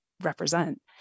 represent